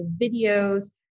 videos